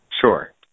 Sure